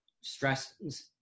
stress